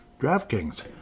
DraftKings